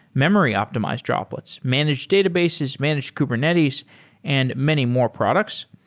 memory optimized droplets, managed databases, managed kubernetes and many more products.